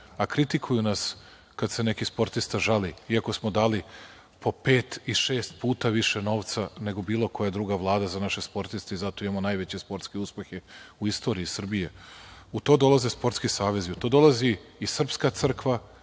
a kritikuju nas kad se neki sportista žali, iako smo dali po pet i šest puta više novca nego bilo koja druga Vlada za naše sportiste i zato imamo najveće sportske uspehe u istoriji Srbije. U to dolaze sportski savezi, u to dolazi i srpska crkva,